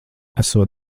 esot